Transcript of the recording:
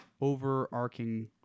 overarching